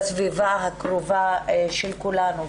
בסביבה הקרובה של כולנו.